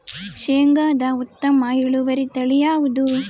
ಶೇಂಗಾದ ಉತ್ತಮ ಇಳುವರಿ ತಳಿ ಯಾವುದು?